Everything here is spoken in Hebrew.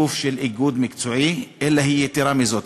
גוף של איגוד מקצועי, אלא היא יתרה מזאת.